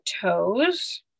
toes